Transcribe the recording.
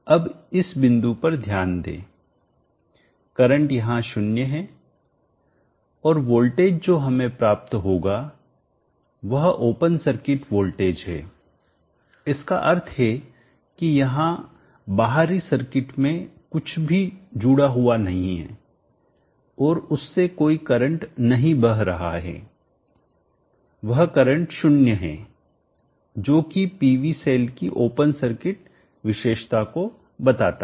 अब इस बिंदु पर ध्यान दें करंट यहां 0 है और वोल्टेज जो हमें प्राप्त होगा वह ओपन सर्किट वोल्टेज है इसका अर्थ है कि यहां बाहरी सर्किट में कुछ भी जुड़ा हुआ नहीं है और उससे कोई करंट नहीं बह रहा है वह करंट 0 है जो कि पीवी सेल की ओपन सर्किट विशेषता को बताता है